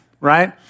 right